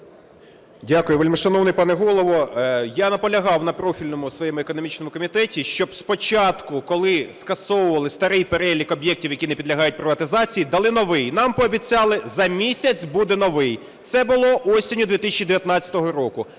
Дякую, вельмишановний пане Голово. Я наполягав на профільному своєму економічному комітеті, щоб спочатку, коли скасовували старий перелік об'єктів, які не підлягають приватизації, дали новий. Нам пообіцяли, за місяць буде новий. Це було осінню 2019 року.